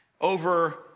over